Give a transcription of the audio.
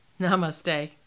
Namaste